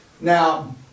now